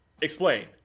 Explain